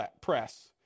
press